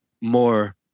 more